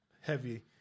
heavy